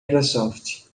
microsoft